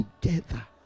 together